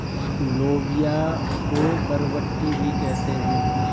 लोबिया को बरबट्टी भी कहते हैं